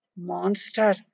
monster